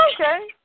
okay